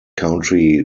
country